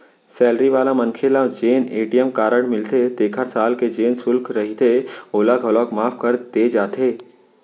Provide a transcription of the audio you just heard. salary वाला मनखे ल जेन ए.टी.एम कारड मिलथे तेखर साल के जेन सुल्क रहिथे ओला घलौक माफ कर दे जाथे